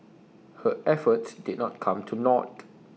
her efforts did not come to naught